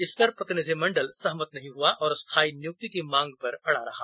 इस पर प्रतिनिधिमंडल सहमत नहीं हुआ और स्थायी नियुक्ति की मांग पर अड़ा रहा